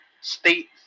state